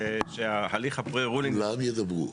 שההליך ה"פרה-רולינג" --- כולם ידברו.